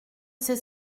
c’est